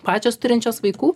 pačios turinčios vaikų